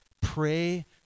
Pray